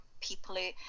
people